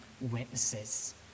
witnesses